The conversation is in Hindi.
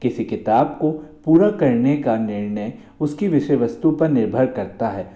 किसी किताब को पूरा करने का निर्णय उसकी विषय वस्तु पर निर्भर करता है